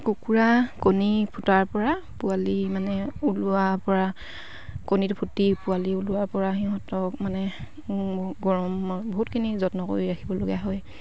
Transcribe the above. কুকুৰা কণী ফুটাৰ পৰা পোৱালি মানে ওলোৱাৰ পৰা কণীটো ফুটি পোৱালি ওলোৱাৰ পৰা সিহঁতক মানে গৰম বহুতখিনি যত্ন কৰি ৰাখিবলগীয়া হয়